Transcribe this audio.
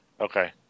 Okay